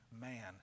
man